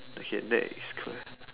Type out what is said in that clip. okay next question